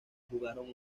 jugaron